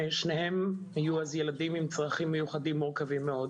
שניהם היו אז ילדים עם צרכים מיוחדים מיוחדים מאוד.